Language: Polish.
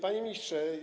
Panie Ministrze!